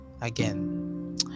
again